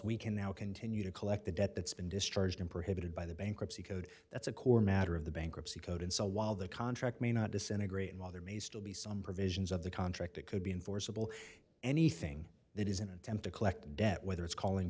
we can now continue to collect the debt that's been discharged him for hit by the bankruptcy code that's a core matter of the bankruptcy code and so while the contract may not disintegrate and while there may still be some provisions of the contract it could be enforceable anything that is an attempt to collect debt whether it's calling